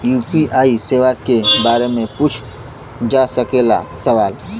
UPI सेवा के बारे में पूछ जा सकेला सवाल?